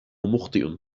مخطئ